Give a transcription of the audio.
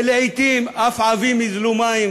ולעתים אף עבים ייזלו מים,